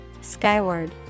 Skyward